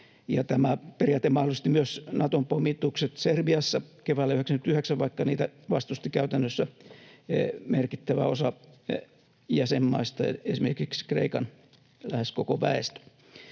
Tämä periaate mahdollisti myös Naton pommitukset Serbiassa keväällä 99, vaikka niitä vastusti käytännössä merkittävä osa jäsenmaista, esimerkiksi lähes Kreikan koko väestö.